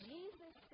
Jesus